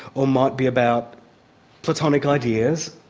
or might be about platonic ideas.